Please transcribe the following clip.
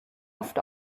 oft